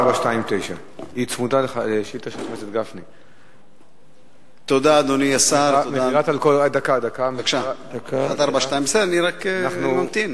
1429. תודה,